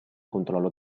controllo